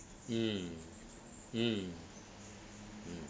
mm mm mm